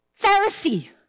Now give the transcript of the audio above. Pharisee